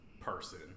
person